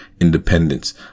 Independence